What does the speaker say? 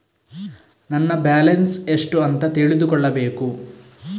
ನನ್ನ ಬ್ಯಾಲೆನ್ಸ್ ಎಷ್ಟು ಅಂತ ತಿಳಿದುಕೊಳ್ಳಬೇಕು?